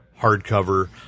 hardcover